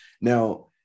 now